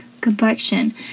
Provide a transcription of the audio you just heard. complexion